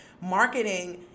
Marketing